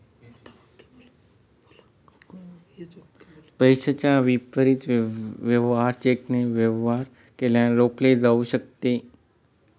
पैशाच्या विपरीत वेवहार चेकने वेवहार केल्याने रोखले जाऊ शकते